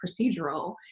procedural